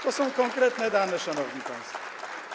To są konkretne dane, szanowni państwo.